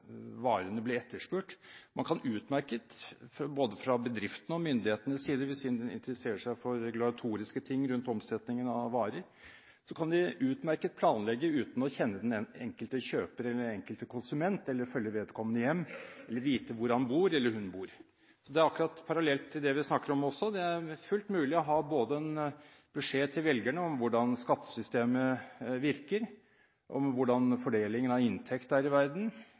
varene blir etterspurt. Man kan utmerket – både fra bedriftenes og myndighetenes side, hvis man interesserer seg for regulatoriske ting rundt omsetningen av varer – planlegge uten å kjenne den enkelte kjøper eller enkelte konsument eller følge vedkommende hjem, eller vite hvor han eller hun bor. Det er akkurat parallelt til det vi snakker om: Det er fullt mulig å gi en beskjed til velgerne om hvordan skattesystemet virker, om hvordan fordelingen av inntekt er i verden,